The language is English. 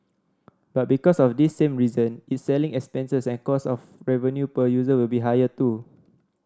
but because of this same reason its selling expenses and cost of revenue per user will be higher too